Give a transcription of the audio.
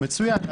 מצוין.